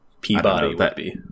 Peabody